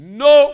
no